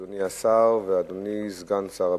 אדוני השר ואדוני סגן שר הבריאות,